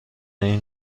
این